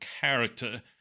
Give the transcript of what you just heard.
character